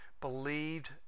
believed